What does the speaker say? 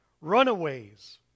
runaways